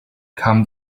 come